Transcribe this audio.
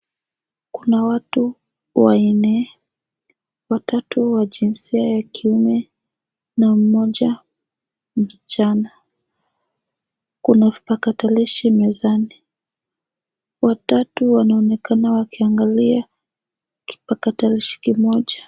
Kuna watu wanne, watatu wa jinsia ya kiume na mmoja msichana. Kuna vipakatalishi mezani. Watatu wanaonekana wakiangalia kipakatalishi kimoja.